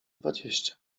dwadzieścia